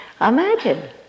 imagine